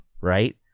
Right